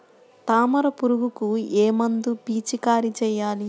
తామర పురుగుకు ఏ మందు పిచికారీ చేయాలి?